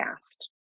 asked